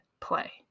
play